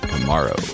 tomorrow